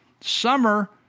Summer